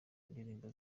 indirimbo